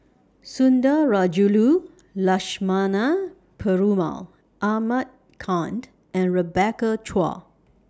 Sundarajulu Lakshmana Perumal Ahmad kind and Rebecca Chua